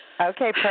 okay